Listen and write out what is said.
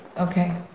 Okay